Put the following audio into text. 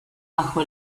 bajo